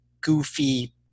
goofy